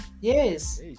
Yes